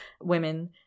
women